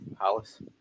Hollis